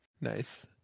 Nice